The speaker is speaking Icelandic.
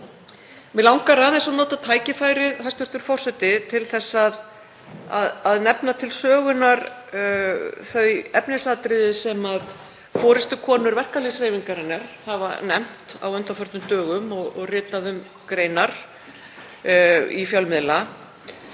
Mig langar aðeins að nota tækifærið, hæstv. forseti, til að nefna til sögunnar þau efnisatriði sem forystukonur verkalýðshreyfingarinnar hafa nefnt á undanförnum dögum og ritað um greinar í fjölmiðla.